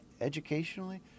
educationally